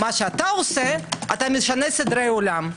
אתה משנה סדרי עולם,